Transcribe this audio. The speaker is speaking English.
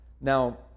Now